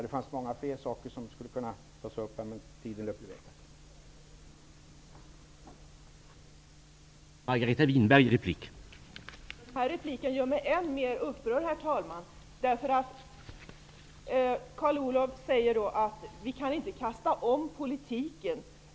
Det finns mycket annat jag skulle vilja ta upp, men tiden räcker inte till.